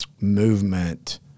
movement